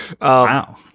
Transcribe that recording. Wow